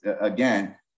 again